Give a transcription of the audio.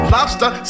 Lobster